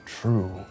true